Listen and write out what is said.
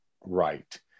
right